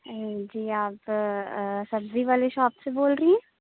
آ جی آپ سبزی والی شاپ سے بول رہی ہیں